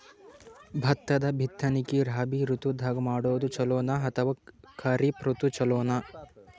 ಭತ್ತದ ಬಿತ್ತನಕಿ ರಾಬಿ ಋತು ದಾಗ ಮಾಡೋದು ಚಲೋನ ಅಥವಾ ಖರೀಫ್ ಋತು ಚಲೋನ?